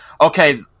okay